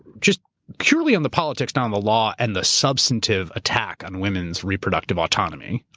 just purely on the politics, not on the law and the substantive attack on women's reproductive autonomy,